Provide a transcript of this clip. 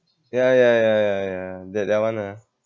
ya ya ya ya ya that that one ah